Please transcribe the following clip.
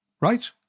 right